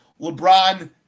LeBron